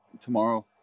tomorrow